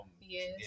Yes